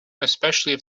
especially